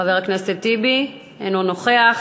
חבר הכנסת טיבי, אינו נוכח.